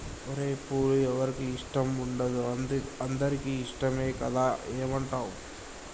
ఓరై పూలు ఎవరికి ఇష్టం ఉండదు అందరికీ ఇష్టమే కదా ఏమంటావ్